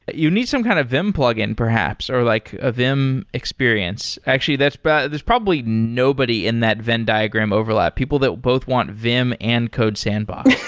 but you need some kind of vim plugin perhaps, or like a vim experience. actually, but there's probably nobody in that venn diagram overlap, people that both want vim and codesandbox